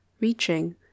reaching